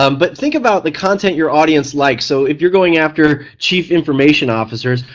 um but think about the content your audience likes. so if you're going after chief information officers,